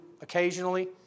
occasionally